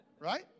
right